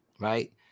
Right